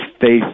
faith